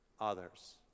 others